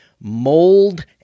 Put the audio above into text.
mold